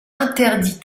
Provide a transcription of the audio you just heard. interdit